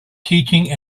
teaching